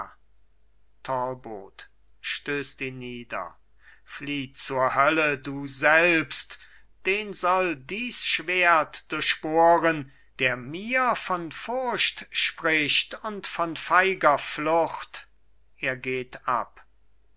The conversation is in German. talbot stößt ihn nieder flieh zur hölle du selbst den soll dies schwert durchbohren der mir von furcht spricht und von feiger flucht er geht ab